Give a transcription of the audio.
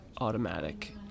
automatic